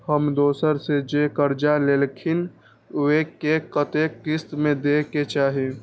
हम दोसरा से जे कर्जा लेलखिन वे के कतेक किस्त में दे के चाही?